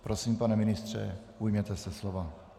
Prosím, pane ministře, ujměte se slova.